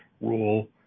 rule